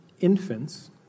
infants